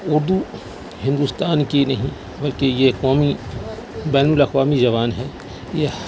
اردو ہندوستان کی نہیں بلکہ یہ قومی بین الاقوامی زبان ہے یہ